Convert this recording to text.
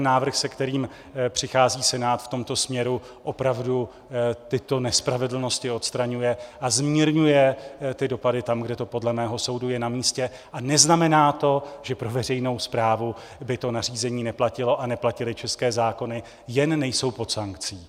Návrh, se kterým přichází Senát v tomto směru, opravdu tyto nespravedlnosti odstraňuje a zmírňuje dopady tam, kde to podle mého soudu je namístě, a neznamená to, že pro veřejnou správu by to nařízení neplatilo a neplatily české zákony, jen nejsou pod sankcí.